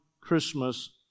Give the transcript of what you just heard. Christmas